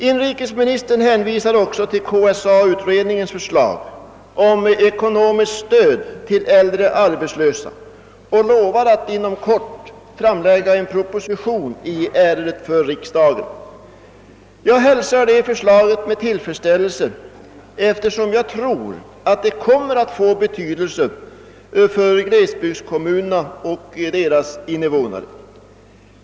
Inrikesministern hänvisar också till KSA-utredningens förslag om ekonomiskt stöd till äldre arbetslösa och lovar att inom kort framlägga en proposition i ärendet för riksdagen. Jag hälsar det förslaget med tillfredsställelse, eftersom jag tror att det kommer att få betydelse för glesbygdskommunerna och deras invånare.